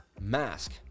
mask